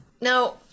Now